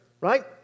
right